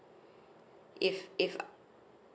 if if